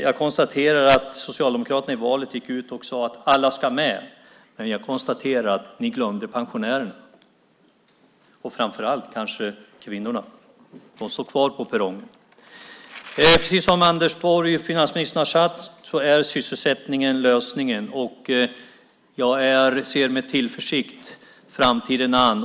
Jag konstaterar att Socialdemokraterna gick ut i valet och sade att alla ska med men att ni glömde pensionärerna och framför allt kanske kvinnorna. De står kvar på perrongen. Precis som finansminister Anders Borg har sagt är sysselsättningen lösningen. Jag ser med tillförsikt framtiden an.